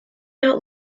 out